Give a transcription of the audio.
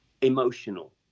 emotional